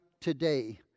today